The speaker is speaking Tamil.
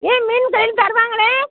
ஏன் மீன் கடையில் தருவாங்களே